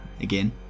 again